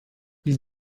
ils